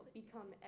become